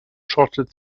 trotted